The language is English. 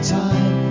time